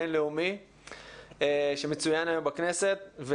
התכנסנו לדיון לציון יום זכויות האדם הבין-לאומי שמצוין היום בכנסת.